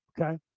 Okay